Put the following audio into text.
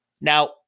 Now